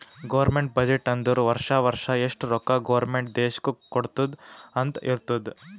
government budget ಅಂದುರ್ ವರ್ಷಾ ವರ್ಷಾ ಎಷ್ಟ ರೊಕ್ಕಾ ಗೌರ್ಮೆಂಟ್ ದೇಶ್ಕ್ ಕೊಡ್ತುದ್ ಅಂತ್ ಇರ್ತುದ್